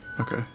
Okay